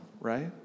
right